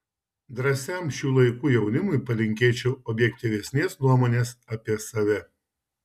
drąsiam šių laikų jaunimui palinkėčiau objektyvesnės nuomonės apie save